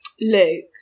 Luke